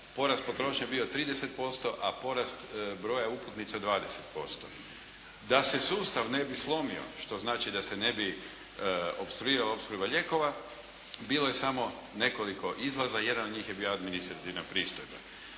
porast potrošnje bio 30% a porast broja uputnica 20%. Da se sustav ne bi slomio što znači da se ne bi opstruirala opskrba lijekova, bilo je samo nekoliko izlaza, jedan od njih je bila administrativna pristojba.